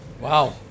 Wow